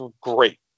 great